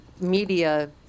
media